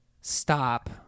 stop